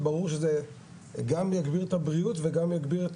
ברור שזה גם יגביר את הבריאות וגם יגביר את